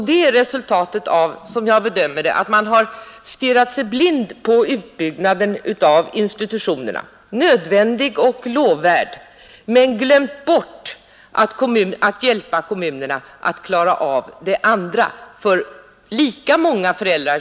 Det är resultatet av att man, som jag bedömer det, har stirrat sig blind på utbyggnaden av institutionerna — nödvändig och lovvärd — men glömt bort att hjälpa kommunerna att klara av det andra för lika många föräldrar.